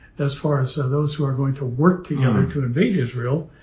as far as so those who are going to work together to invade israel.